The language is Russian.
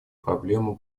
проблему